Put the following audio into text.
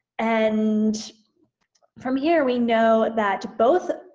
and from here we know that both